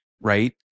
right